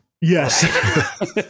Yes